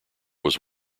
was